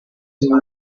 mismos